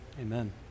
amen